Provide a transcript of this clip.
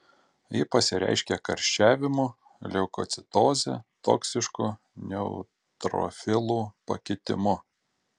ji pasireiškia karščiavimu leukocitoze toksišku neutrofilų pakitimu